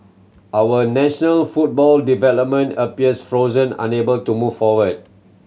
our national football development appears frozen unable to move forward